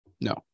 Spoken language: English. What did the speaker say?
No